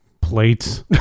plates